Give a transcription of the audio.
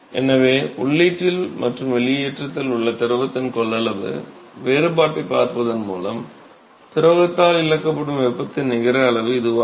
எனவே உள்ளீட்டில் மற்றும் வெளியேற்றத்தில் உள்ள திரவத்தின் கொள்ளளவு வேறுபாட்டைப் பார்ப்பதன் மூலம் திரவத்தால் இழக்கப்படும் வெப்பத்தின் நிகர அளவு இதுவாகும்